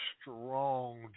strong